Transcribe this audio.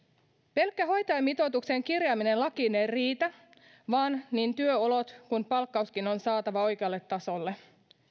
pelkkä hoitajamitoituksen kirjaaminen lakiin ei riitä vaan niin työolot kuin palkkauskin on saatava oikealle tasolle